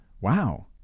wow